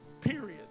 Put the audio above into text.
Period